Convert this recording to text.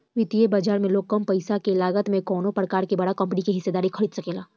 वित्तीय बाजार में लोग कम पईसा के लागत से कवनो प्रकार के बड़ा कंपनी के हिस्सेदारी खरीद सकेला